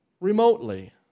remotely